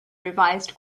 revised